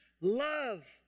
love